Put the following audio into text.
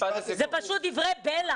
זה פשוט דברי בלע.